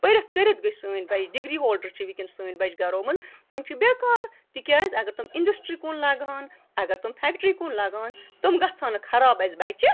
پٔرِتھ کٔرِتھ گٔے سٲنۍ بَچہِ ڈِگری ہولڈَر چھِ وٕنۍکٮ۪ن سٲنۍ بَچہِ گَرو منٛز تِم چھِ بٮ۪کار تِکیٛازِ اگر تِم اِنٛڈَسٹِرٛی کُن لگہٕ ہَن اگر تِم فٮ۪کٹِرٛی کُن لَگہٕ ہَن تِم گژھٕ ہَن نہٕ خراب اَسہِ بَچہِ